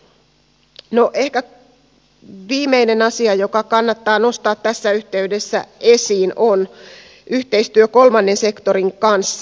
ehkä viimeinen asia joka kannattaa nostaa tässä yhteydessä esiin on yhteistyö kolmannen sektorin kanssa